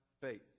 faith